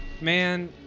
man